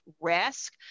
risk